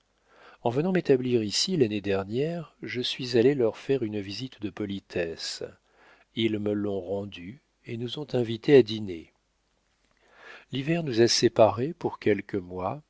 en venant m'établir ici l'année dernière je suis allé leur faire une visite de politesse ils me l'ont rendue et nous ont invités à dîner l'hiver nous a séparés pour quelques mois